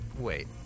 wait